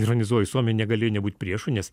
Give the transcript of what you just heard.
ironizuoju suomija negalėjo nebūt priešu nes